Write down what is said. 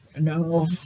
No